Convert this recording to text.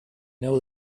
know